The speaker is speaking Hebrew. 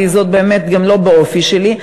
זה באמת גם לא באופי שלי.